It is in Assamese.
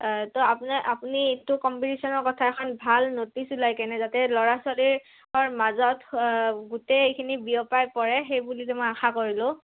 ত' আপোনাৰ আপুনিতো কম্পিটিশনৰ কথা এখন ভাল ন'টিচ ওলাই কেনে যাতে ল'ৰা ছোৱালীৰৰ মাজত গোটেইখিনি বিয়পায় পৰে সেই বুলিতো মই আশা কৰিলোঁ